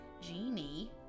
Genie